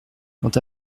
quant